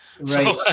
Right